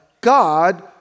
God